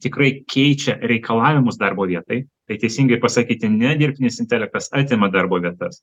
tikrai keičia reikalavimus darbo vietai tai teisingai pasakyti ne dirbtinis intelektas atima darbo vietas